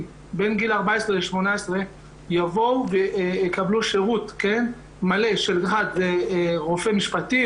בין גיל 14 לגיל 18 יבואו ויקבלו שירות מלא של רופא משפטי,